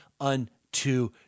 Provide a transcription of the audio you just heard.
unto